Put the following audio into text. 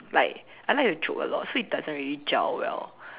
like I like to joke a lot so it doesn't really gel well